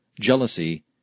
jealousy